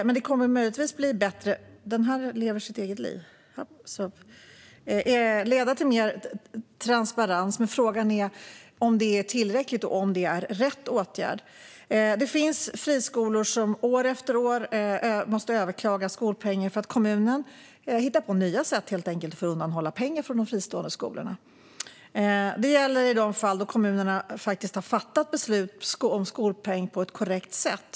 Det kommer möjligtvis att leda till mer transparens, men frågan är om det är tillräckligt och om det är rätt åtgärd. Det finns friskolor som år efter år måste överklaga skolpengen för att kommunen helt enkelt hittar på nya sätt att undanhålla pengar från de fristående skolorna. Det gäller i de fall då kommunerna faktiskt har fattat beslut om skolpeng på ett korrekt sätt.